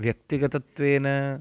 व्यक्तिगतत्वेन